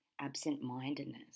Absent-mindedness